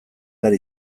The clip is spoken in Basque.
behar